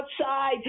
outside